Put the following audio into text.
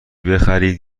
بخرید